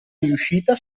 riuscita